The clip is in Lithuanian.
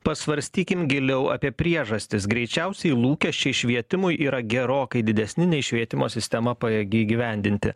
pasvarstykim giliau apie priežastis greičiausiai lūkesčiai švietimui yra gerokai didesni nei švietimo sistema pajėgi įgyvendinti